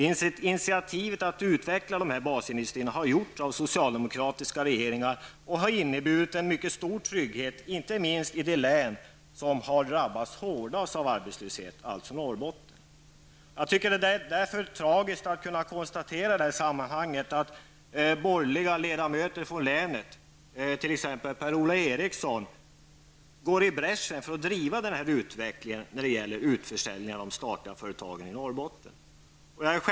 Initiativet att utveckla basindustrierna har tagits av socialdemokratiska regeringar. Det har inneburit en mycket stor trygghet för människor i inte minst det län som drabbats hårdast av arbetslösheten, alltså Norrbotten. Därför är det tragiskt att i sammanhanget tvingas konstatera att borgerliga ledamöter från Norrbottens län, t.ex. Per-Ola Eriksson, nu går i bräschen för att driva utvecklingen mot en utförsäljning av de statliga företagen i bl.a.